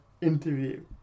interview